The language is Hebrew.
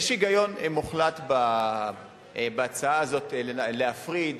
יש היגיון מוחלט בהצעה הזאת להפריד.